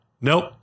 nope